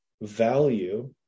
value